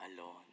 alone